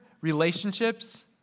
relationships